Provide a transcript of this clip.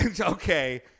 okay